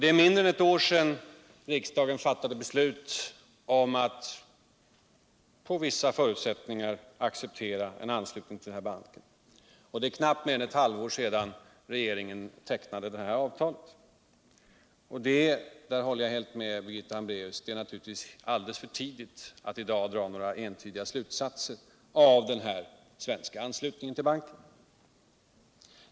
Det är mindre än ett år sedan riksdagen fattade beslut om att under vissa förutsättningar acceptera en anslutning till banken, och det är knappt mer än ett halvår sedan regeringen tecknade avtal. Och det är — där håller jag helt med Birgitta Hambraeus — alldeles för tidigt att i dag dra några entydiga slutsatser av den svenska anslutningen till banken.